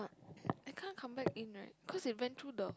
I can't compare in right because it went through the